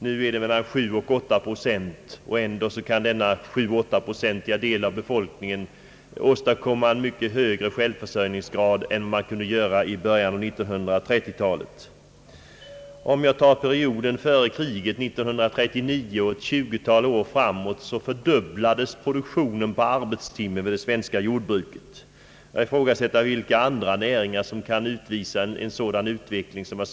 Nu är det mellan sju och åtta procent, och ändå kan denna del av befolkningen åstadkomma mycket högre självförsörjningsgrad för vårt land än man kunde göra i början av 1930-talet. Om jag tar perioden före kriget 1939 och ett tjugotal år framåt fördubblades produktionen per arbetstimme inom det svenska jordbruket. Vilka andra näringar kan uppvisa en sådan utveckling?